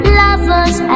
lovers